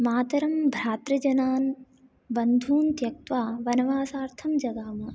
मातरं भातृजनान् बन्धून् त्यक्ता वनवासार्थं जगाम